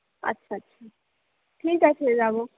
আচ্ছা আচ্ছা ঠিক আছে যাব